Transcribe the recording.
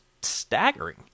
staggering